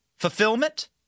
Fulfillment